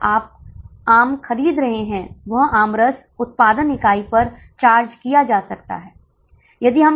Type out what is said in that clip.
आप सब जानते हैं कि पीवी अनुपातका सूत्र योगदान भागे बिक्री मूल्य है